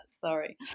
Sorry